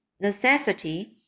necessity